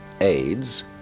aids